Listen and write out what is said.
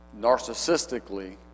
narcissistically